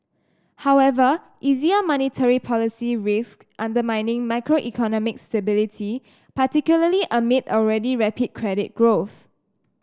however easier monetary policy risks undermining macroeconomic stability particularly amid already rapid credit growth